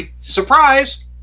Surprise